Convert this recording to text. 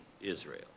Israel